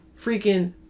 freaking